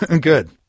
good